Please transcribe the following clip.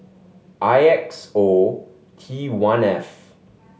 I X O T one F